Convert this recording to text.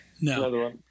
No